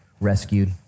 rescued